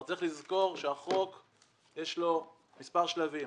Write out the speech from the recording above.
אבל צריך לזכור שלחוק יש כמה שלבים.